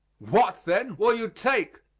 what, then, will you take?